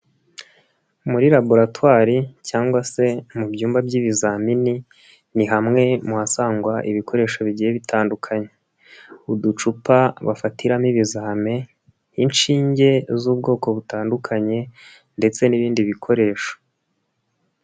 Muri laboratwari cyangwa se mu byumba by'ibizamini ni hamwe mu hasangwa ibikoresho bigiye bitandukanye. Uducupa bafatiramo ibizami, inshinge z'ubwoko butandukanye ndetse n'ibindi bikoresho.